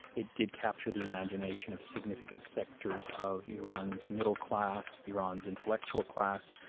it did capture the imagination of significant sectors of iran's middle class, iran's intellectual class,